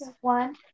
one